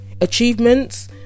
achievements